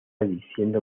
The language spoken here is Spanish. diciendo